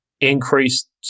increased